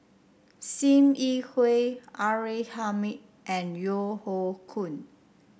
Sim Yi Hui R A Hamid and Yeo Hoe Koon